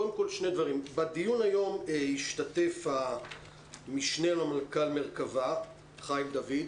בדיון היום ישתתף המשנה למנכ"ל מרכבה, חיים דוד.